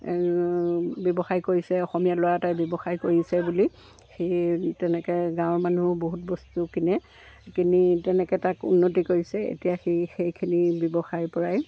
ব্যৱসায় কৰিছে অসমীয়া ল'ৰা এটাই ব্যৱসায় কৰিছে বুলি সেই তেনেকৈ গাঁৱৰ মানুহ বহুত বস্তু কিনে কিনি তেনেকৈ তাক উন্নতি কৰিছে এতিয়া সেই সেইখিনি ব্যৱসায়ৰ পৰাই